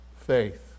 faith